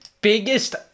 biggest